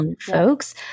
folks